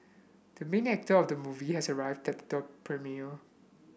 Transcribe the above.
the main actor of the movie has arrived at the premiere